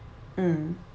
mm